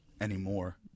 anymore